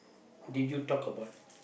did you talk about